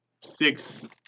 six